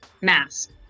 mask